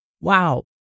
Wow